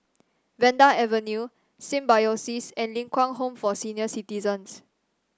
Vanda Avenue Symbiosis and Ling Kwang Home for Senior Citizens